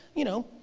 you know,